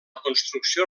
construcció